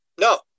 No